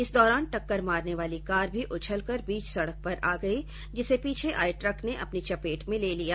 इस दौरान टक्कर मारने वाली कार भी उछलकर बीच सड़क पर आ गई जिसे पीछे आए ट्रक ने अपनी चपेट में ले लिया